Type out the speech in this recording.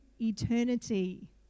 eternity